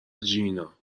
جینا